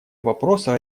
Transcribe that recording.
вопроса